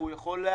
הוא יכול להעיד,